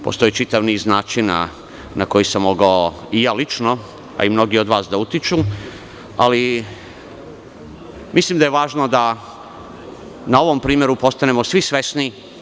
Postoji čitav niz načina na koji sam mogao i ja lično, a i mnogi od vas da utiču, ali mislim da je važno da na ovom primeru postanemo svi svesni.